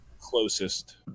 closest